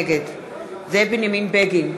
נגד זאב בנימין בגין,